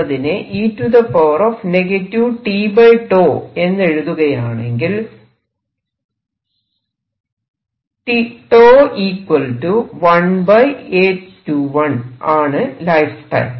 എന്നതിനെ e tτ എന്നെഴുതുകയാണെങ്കിൽ 1 A21 ആണ് ലൈഫ് ടൈം